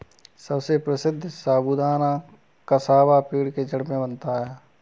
सबसे प्रसिद्ध साबूदाना कसावा पेड़ के जड़ से बनता है